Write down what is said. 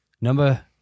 Number